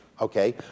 okay